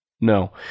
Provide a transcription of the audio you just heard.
No